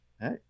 Hey